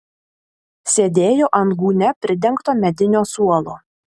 sėdėjo ant gūnia pridengto medinio suolo